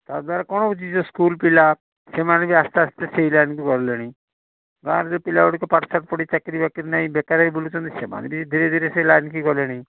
ତା'ଦ୍ୱାରା କ'ଣ ହେଉଛି ଯେଉଁ ସ୍କୁଲ ପିଲା ସେମାନେ ବି ଆସ୍ତେ ଆସ୍ତେ ସେଇ ଲାଇନ୍କୁ ଗଲେଣି ବାହାରେ ଯେଉଁ ପିଲା ଗୁଡ଼ିକ ପାଠ ସାଠ ପଢ଼ି ଚାକିରୀ ବାକିରୀ ନାହିଁ ବେକାରୀ ହେଇ ବୁଲୁଛନ୍ତି ସେମାନେ ବି ଧୀରେ ଧୀରେ ସେଇ ଲାଇନ୍ କି ଗଲେଣି